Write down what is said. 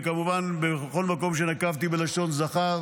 וכמובן בכל מקום שנקבתי בלשון זכר